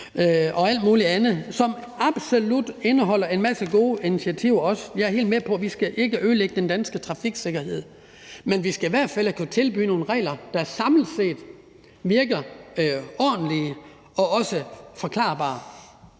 og alt muligt andet, som absolut indeholder en masse gode initiativer også, for jeg er helt med på, at vi ikke skal ødelægge den danske trafiksikkerhed, men vi skal i hvert fald kunne tilbyde nogle regler, der samlet set virker ordentlige og også forklarlige.